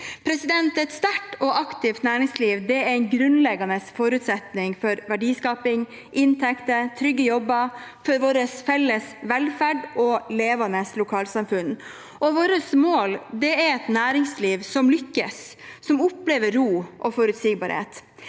næringsliv. Et sterkt og aktivt næringsliv er en grunnleggende forutsetning for verdiskaping, inntekter, trygge jobber, vår felles velferd og levende lokalsamfunn. Vårt mål er et næringsliv som lykkes, som opplever ro og forutsigbarhet.